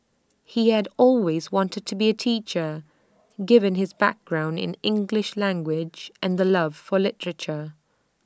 he had always wanted to be A teacher given his background in English language and love for literature